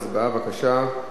הצבעה, בבקשה.